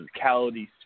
physicality